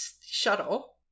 shuttle